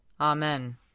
Amen